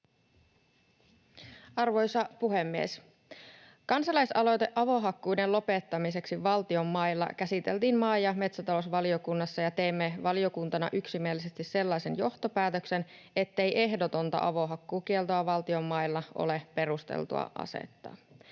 Arvoisa puhemies! Kansalaisaloite avohakkuiden lopettamiseksi valtion mailla käsiteltiin maa‑ ja metsätalousvaliokunnassa, ja teimme valiokuntana yksimielisesti sellaisen johtopäätöksen, ettei ehdotonta avohakkuukieltoa valtion mailla ole perusteltua asettaa.